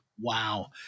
Wow